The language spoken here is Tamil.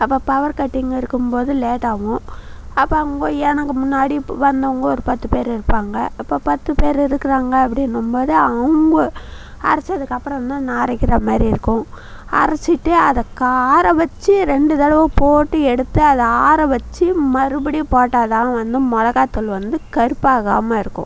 அப்போ பவர் கட்டிங் இருக்கும் போது லேட்டாகும் அப்போ அங்கே எனக்கு முன்னாடி இப்போ வந்தவங்க ஒரு பத்து பேர் இருப்பாங்கள் அப்போ பத்து பேர் இருக்குகிறாங்க அப்படிங்கும் போது அவங்க அரைச்சதுக்கு அப்புறம் தான் நான் அரைக்கிற மாதிரி இருக்கும் அரைச்சுட்டு அதை கா ஆற வச்சு ரெண்டு தடவை போட்டு எடுத்து அதை ஆற வச்சு மறுபடியும் போட்டால் தான் வந்து மிளகாத்தூள் வந்து கருப்பாகாமல் இருக்கும்